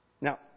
Now